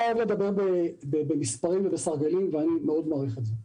אתה אוהב לדבר במספרים ובסרגלים ואני מעריך את זה מאוד.